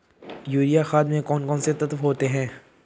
Urea खाद में कौन कौन से तत्व होते हैं?